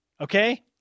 okay